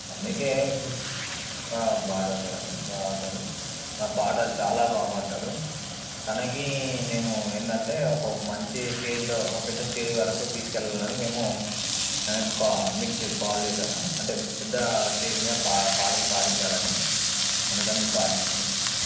అందుకే బాగా చదువుతాడు అండి బాగా చదువుతాడు పాటలు చాలా బాగా పాడతాడు తనకి నేను ఏంటంటే ఒక మంచి స్టేజ్లో ఒక పెద్ద స్టేజ్ వరకు తీసుకు వెళ్ళాలని మేము ఆయనకు కా మీకు కాల్ చేసాము అంటే పెద్ద స్టేజ్ మీద పా పాటలు పాడించాలని అందుకని మీకు కాల్ చేశాం